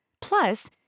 Plus